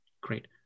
great